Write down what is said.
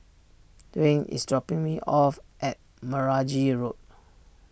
Dwyane is dropping me off at Meragi Road